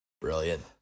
Brilliant